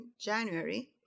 January